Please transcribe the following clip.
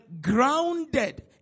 grounded